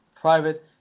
private